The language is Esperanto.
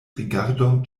rigardon